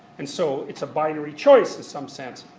and so it's a binary choice, in some sense.